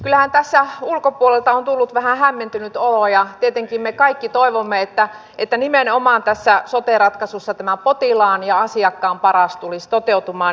kyllähän tässä ulkopuolelta on tullut vähän hämmentynyt olo ja tietenkin me kaikki toivomme että nimenomaan tässä sote ratkaisussa potilaan ja asiakkaan paras tulisi toteutumaan